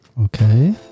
Okay